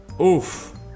Oof